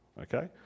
okay